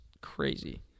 crazy